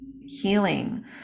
healing